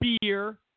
beer